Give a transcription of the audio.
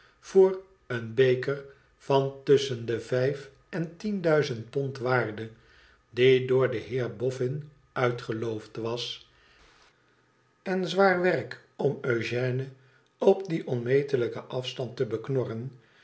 voor een beker van tusschen de vijf en tienduizend pond waarde die door den heer boffin uitgeloofd was en zwaar werk om eugène op dien onmetelijken afstand te beknorren